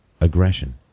aggression